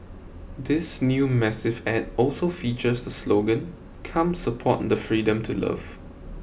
this new massive ad also features the slogan Come support the freedom to love